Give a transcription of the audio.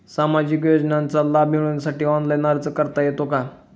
सामाजिक योजनांचा लाभ मिळवण्यासाठी ऑनलाइन अर्ज करता येतो का?